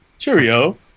Cheerio